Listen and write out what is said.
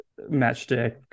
Matchstick